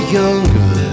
younger